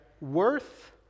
worth